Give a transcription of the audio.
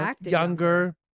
Younger